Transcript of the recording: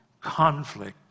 Conflict